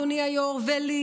אדוני היושב-ראש,